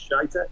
shite